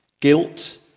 guilt